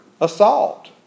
assault